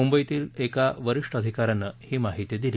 मुंबईत एका वरीष्ठ अधिका यानं ही माहिती दिली